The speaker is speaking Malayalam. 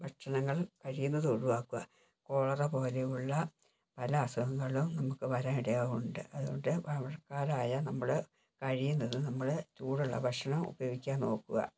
ഭക്ഷണങ്ങൾ കഴിയുന്നതും ഒഴിവാക്കുക കോളറ പോലെയുള്ള പല അസുഖങ്ങളും നമുക്ക് വരാൻ ഇടയാവാറുണ്ട് അത്കൊണ്ട് മഴക്കാലായ നമ്മള് കഴിയുന്നതും നമ്മള് ചൂടുള്ള ഭക്ഷണം ഉപയോഗിക്കാൻ നോക്ക് ആ